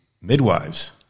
midwives